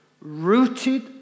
rooted